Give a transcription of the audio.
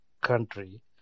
country